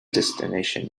destination